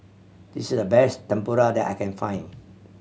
this is the best Tempura that I can find